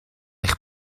eich